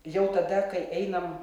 jau tada kai einam